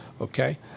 okay